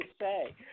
say